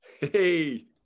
Hey